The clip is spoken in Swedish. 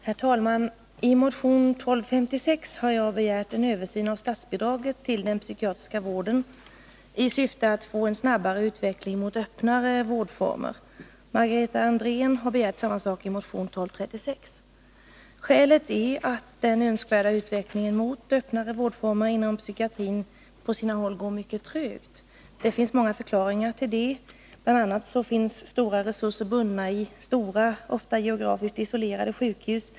Herr talman! I motion 1256 har jag begärt en översyn av statsbidraget till den psykiatriska vården i syfte att få en snabbare utveckling mot öppnare vårdformer. Margareta Andrén har begärt samma sak i motion 1236. Skälet är att den önskvärda utvecklingen mot öppnare vårdformer inom psykiatrin på sina håll går mycket trögt. Det finns många förklaringar till detta. Bl. a. är betydande resurser bundna i stora, ofta geografiskt isolerade, sjukhus.